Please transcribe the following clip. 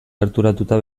gerturatuta